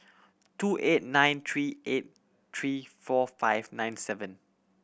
two eight nine three eight three four five nine seven